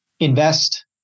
Invest